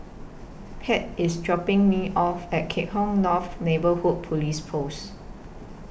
Pate IS dropping Me off At Kah Hong North Neighbourhood Police Post